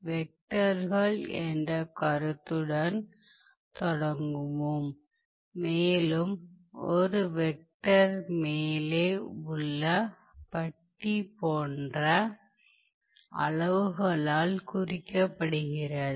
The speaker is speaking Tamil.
வெக்டர்கள் என்ற கருத்துடன் தொடங்குவோம் மேலும் ஒரு வெக்டர் மேலே உள்ள பட்டி போன்ற அளவுகளால் குறிக்கப்படுகிறது